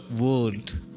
world